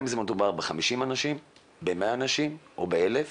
האם מדובר ב-50 אנשים, 100 או 1,000